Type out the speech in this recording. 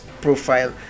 profile